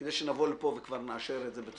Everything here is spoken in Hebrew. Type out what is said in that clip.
כדי שנבוא לפה וכבר נאשר את זה.